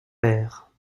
pères